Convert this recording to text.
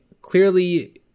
clearly